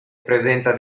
presenta